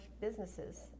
businesses